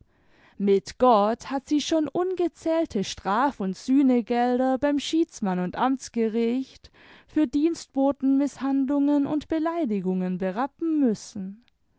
mit gott hat sie schon ungezählte strafund sühnegelder beim schiedsmann und amtsgericht für dienstbotenmißhandlungen und beleidigungen berappen müssen